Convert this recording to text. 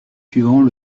suivants